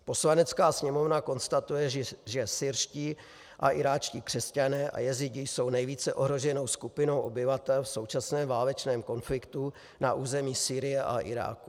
Poslanecká sněmovna konstatuje, že syrští a iráčtí křesťané a jezídi jsou nejvíce ohroženou skupinou obyvatel v současném válečném konfliktu na území Sýrie a Iráku.